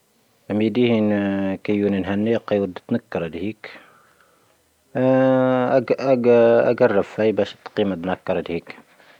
ⴰⵎⵉⴷⵉ ⵀⵢⵏ ⴽⵉⵢⵓⵏⵉⵏ ⵀⴰⵏⵢⵉ ⴽⴰⵢⵡoⴷ ⴷⵓⵜⵏⵉⴽⴽⴰⵔⴰⴷ ⵀⵉⵉⵇ. ⴰⴳⴰⵔⵔⴰⴼ ⴼⴰⵢⴻ ⴱⴰⵙ ⴷⵓⵜⵏⵉⴽⴽⴰⵔⴰⴷ ⵀⵉⵉⵇ.